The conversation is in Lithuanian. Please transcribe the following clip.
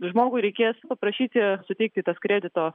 žmogui reikės paprašyti suteikti tas kredito